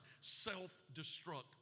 self-destruct